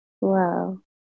Wow